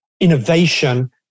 Innovation